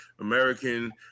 American